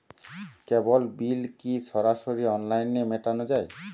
কেবল bill কি সরাসরি অনলাইনে মেটানো য়ায়?